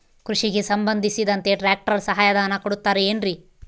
ಕೃಷಿಗೆ ಸಂಬಂಧಿಸಿದಂತೆ ಟ್ರ್ಯಾಕ್ಟರ್ ಸಹಾಯಧನ ಕೊಡುತ್ತಾರೆ ಏನ್ರಿ?